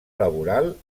laboral